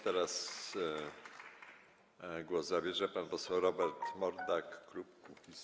Teraz głos zabierze pan poseł Robert Mordak, klub Kukiz’15.